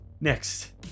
Next